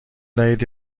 دهید